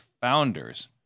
founders